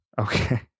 Okay